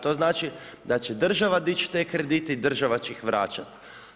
To znači da će država dići te kredite i država će ih vraćati.